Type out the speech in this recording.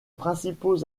principaux